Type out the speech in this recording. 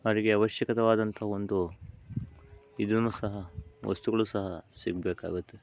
ಅವರಿಗೆ ಅವಶ್ಯಕತವಾದಂಥ ಒಂದು ಇದೂ ಸಹ ವಸ್ತುಗಳು ಸಹ ಸಿಗಬೇಕಾಗುತ್ತೆ